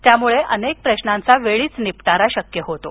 त्यामुळे अनेक प्रश्नांचा वेळीच निपटारा शक्य होतो